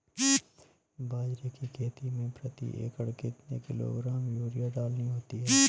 बाजरे की खेती में प्रति एकड़ कितने किलोग्राम यूरिया डालनी होती है?